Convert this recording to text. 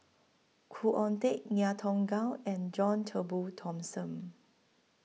Khoo Oon Teik Ngiam Tong Gow and John Turnbull Thomson